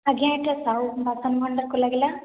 ଆଜ୍ଞା ଏଇଟା ସାହୁ ବାସନ ଭଣ୍ଡାରକୁ ଲାଗିଲା